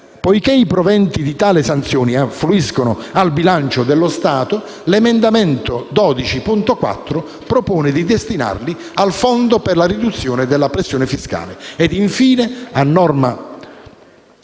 poiché i proventi di tali sanzioni affluiscono al bilancio dello Stato, l'emendamento 12.4 propone di destinarli al Fondo per la riduzione della pressione fiscale. Infine, a nome